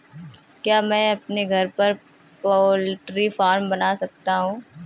क्या मैं अपने घर पर पोल्ट्री फार्म बना सकता हूँ?